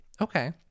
Okay